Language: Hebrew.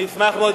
אני אשמח מאוד,